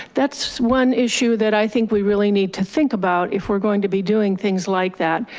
that's one issue that i think we really need to think about if we're going to be doing things like that,